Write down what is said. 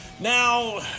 Now